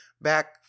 back